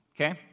Okay